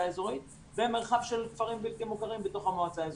האזורית ומרחב של כפרים בלתי מוכרים בתוך המועצה האזורית.